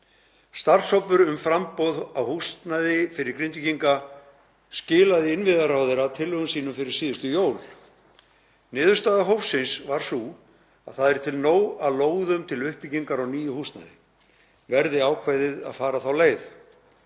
Starfshópur um framboð á húsnæði fyrir Grindvíkinga skilaði innviðaráðherra tillögum sínum fyrir síðustu jól. Niðurstaða hópsins var sú að það er til nóg af lóðum til uppbyggingar á nýju húsnæði verði ákveðið að fara þá leið.